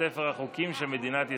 לספר החוקים של מדינת ישראל.